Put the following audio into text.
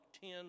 ten